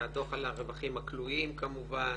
והדוח על הרווחים הכלואים כמובן.